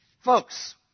Folks